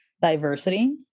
diversity